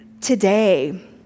today